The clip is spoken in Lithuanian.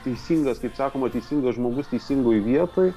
teisingas kaip sakoma teisingas žmogus teisingoj vietoj